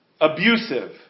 abusive